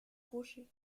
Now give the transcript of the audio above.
rocher